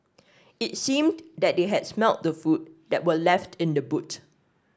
it seemed that they had smelt the food that were left in the boot